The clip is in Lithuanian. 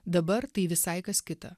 dabar tai visai kas kita